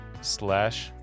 slash